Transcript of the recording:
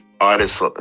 artists